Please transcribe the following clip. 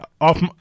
off